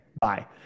bye